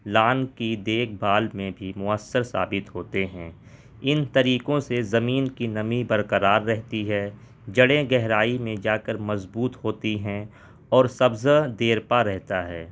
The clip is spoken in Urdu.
لان کی دیکھ بھال میں بھی مؤثر ثابت ہوتے ہیں ان طریقوں سے زمین کی نمی برقرار رہتی ہے جڑیں گہرائی میں جا کر مضبوط ہوتی ہیں اور سبز دیر پا رہتا ہے